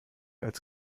als